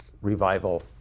revival